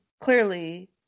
clearly